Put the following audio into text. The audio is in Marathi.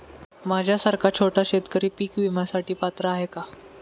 माझ्यासारखा छोटा शेतकरी पीक विम्यासाठी पात्र आहे का?